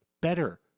better